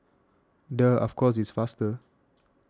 duh of course it's faster